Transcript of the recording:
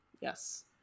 Yes